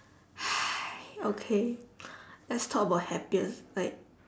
okay let's talk about happier like